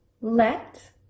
Let